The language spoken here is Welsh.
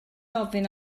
ofyn